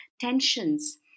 tensions